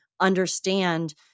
understand